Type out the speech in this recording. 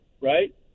right